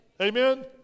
Amen